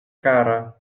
kara